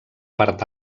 part